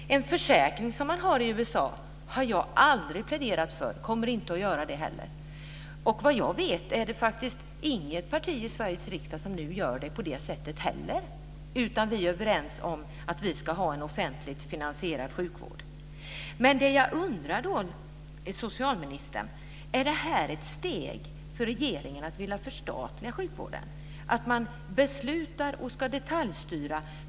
En försäkring, som man har i USA, har jag aldrig pläderat för. Det kommer jag inte att göra heller. Vad jag vet är det inget parti i Sveriges riksdag som nu gör det på det sättet, utan vi är överens om att vi ska ha en offentligt finansierad sjukvård. Men jag vill fråga socialministern om det här är ett steg för regeringen mot att man vill förstatliga sjukvården, att man beslutar och ska detaljstyra.